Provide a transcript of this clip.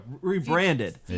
rebranded